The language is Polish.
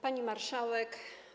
Pani Marszałek!